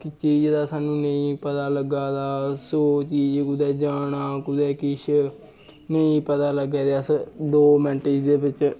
चीज दा सानूं नेईं पता लग्गा दा सौ चीज़ कुदै जाना कुदै किश नेईं पता लग्गै ते अस दो मिन्ट दे बिच्च